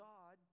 God